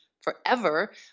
forever